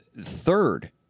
third